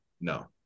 No